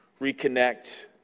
reconnect